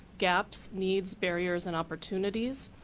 gaps, needs, barriers and opportunities.